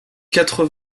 quatre